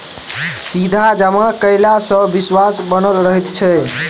सीधा जमा कयला सॅ विश्वास बनल रहैत छै